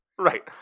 Right